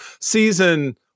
Season